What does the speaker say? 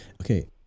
Okay